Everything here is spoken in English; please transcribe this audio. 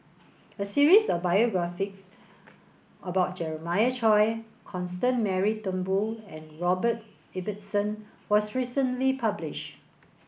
a series of biographies about Jeremiah Choy Constance Mary Turnbull and Robert Ibbetson was recently publish